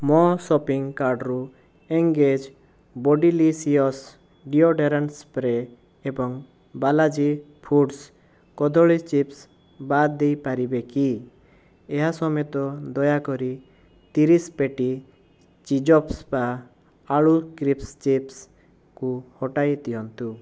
ମୋ ସପିଂ କାର୍ଟ୍ରୁ Engage bodylicious deodorant spray ଏବଂ ବାଲାଜି ଫୁଡ୍ସ କଦଳୀ ଚିପ୍ସ୍ ବାଦ୍ ଦେଇପାରିବେ କି ଏହା ସମେତ ଦୟାକରି ତିରିଶି ପେଟି ଚିଜପ୍ପା ଆଳୁ କ୍ରିସ୍ପ୍ ଚିପ୍ସ୍କୁ ହଟାଇ ଦିଅନ୍ତୁ